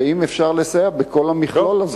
ואם אפשר לסייע בכל המכלול הזה.